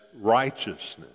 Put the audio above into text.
righteousness